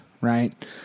right